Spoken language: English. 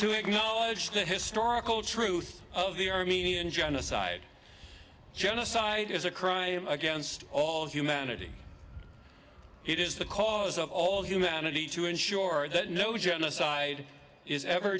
acknowledge the historical truth of the armenian genocide genocide is a crime against all humanity it is the cause of all humanity to ensure that no genocide is ever